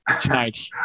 tonight